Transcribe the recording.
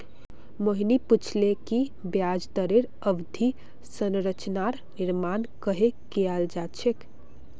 मोहिनी पूछले कि ब्याज दरेर अवधि संरचनार निर्माण कँहे कियाल जा छे